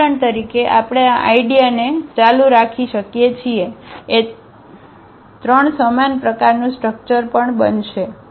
ઉદાહરણ તરીકે આપણે આ આઇડીયાને ચાલુ રાખી શકીએ છીએ એ 3 સમાન પ્રકારનું સ્ટ્રક્ચર પણ બનશે